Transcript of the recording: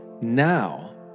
now